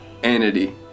anity